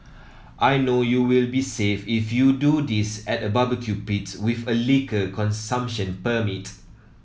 I know you will be safe if you do this at a barbecue pit with a liquor consumption permit